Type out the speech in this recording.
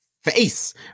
face